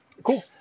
Cool